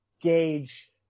gauge